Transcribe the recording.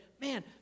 man